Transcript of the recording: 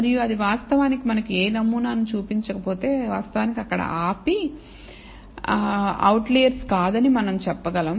మరియు అది వాస్తవానికి మనకు ఏ నమూనాను చూపించకపోతే అక్కడ ఆపి అవుట్లెర్స్ కాదని మనం చెప్పగలం